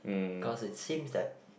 cause it seems that